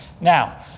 Now